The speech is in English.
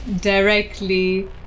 directly